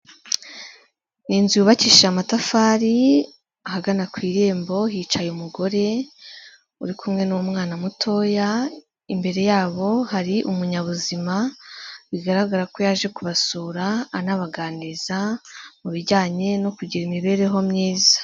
Ni inzu yubakishije amatafari, ahagana ku irembo hicaye umugore uri kumwe n'umwana mutoya, imbere yabo hari umunyabuzima bigaragara ko yaje kubasura anabaganiriza, mu bijyanye no kugira imibereho myiza.